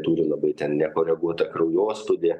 turi labai ten nekoreguotą kraujospūdį